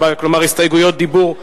כלומר, הסתייגות דיבור.